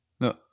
No